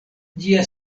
ĝia